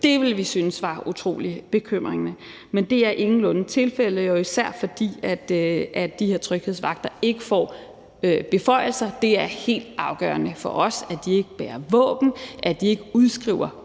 Det ville vi synes var utrolig bekymrende. Men det er ingenlunde tilfældet, og især fordi de her tryghedsvagter ikke får beføjelser. Det er helt afgørende for os, at de ikke bærer våben, at de ikke udskriver